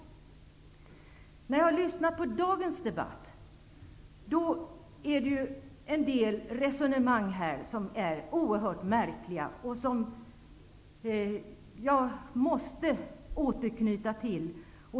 Det har i dagens debatt framkommit en del resonemang som är oerhört märkliga och som jag måste återknyta till.